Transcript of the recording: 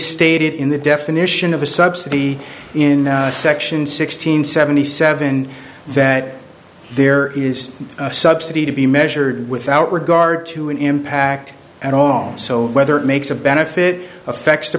stated in the definition of a subsidy in section sixteen seventy seven that there is a subsidy to be measured without regard to an impact at all so whether it makes a benefit affects the